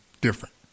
different